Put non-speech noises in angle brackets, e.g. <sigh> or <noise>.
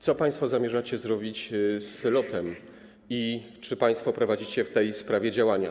Co państwo zamierzacie zrobić z LOT-em i czy państwo prowadzicie <noise> w tej sprawie działania?